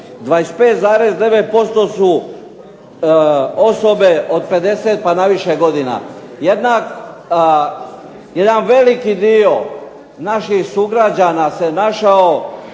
25,9% su osobe od 50 pa na više godina. Jedan veliki dio naših sugrađana se našao